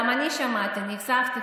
גם אני שמעתי, נחשפתי.